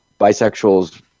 bisexuals